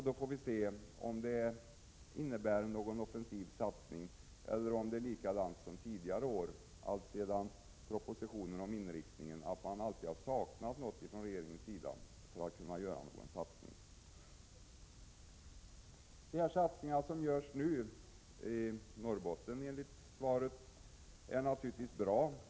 Då får vi se om det innebär någon offensiv satsning, eller om det är likadant som tidigare år alltsedan propositionen om inriktningen av turistnäringen antogs, att det alltid saknas någonting för att kunna göra någon satsning. De satsningar som nu görs i Norrbotten enligt svaret är naturligtvis bra.